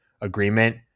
agreement